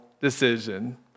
decision